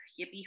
yippee